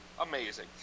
Amazing